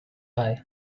high